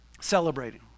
Celebrating